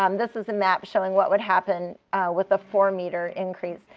um this is a map showing what would happen with a four meter increase.